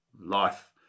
life